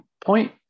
point